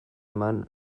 eman